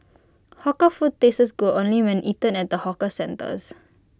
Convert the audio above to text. hawker food tastes good only when eaten at the hawker centres